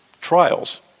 trials